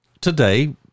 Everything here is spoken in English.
today